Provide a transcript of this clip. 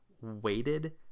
weighted